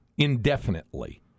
Indefinitely